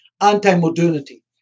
anti-modernity